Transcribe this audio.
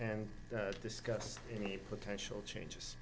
and discuss any potential changes